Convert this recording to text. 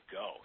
go